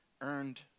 earned